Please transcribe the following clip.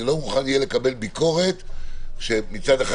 אני לא מוכן לקבל ביקורת כשמצד אחד